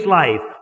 life